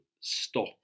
stop